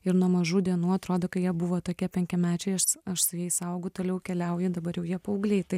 ir nuo mažų dienų atrodo kai jie buvo tokie penkiamečiai aš aš su jais augu toliau keliauju dabar jau jie paaugliai tai